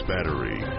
Battery